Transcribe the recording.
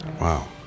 Wow